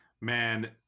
man